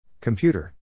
Computer